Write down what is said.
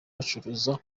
bacuruza